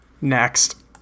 Next